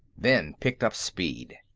then picked up speed.